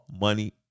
money